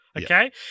Okay